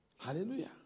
Hallelujah